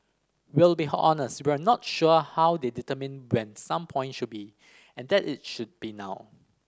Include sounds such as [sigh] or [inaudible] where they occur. we'll be [unintelligible] honest we're not sure how they determined when some point should be and that it should be now